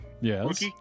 Yes